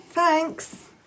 thanks